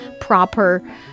proper